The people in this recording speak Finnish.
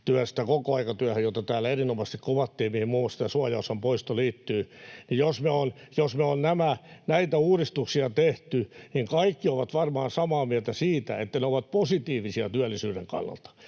kokoaikatyöhön, jota täällä erinomaisesti kuvattiin ja johon muun muassa tämä suojaosan poisto liittyy, niin jos me ollaan näitä uudistuksia tehty, niin kaikki ovat varmaan samaa mieltä siitä, että ne ovat positiivisia työllisyyden kannalta.